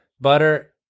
butter